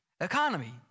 Economy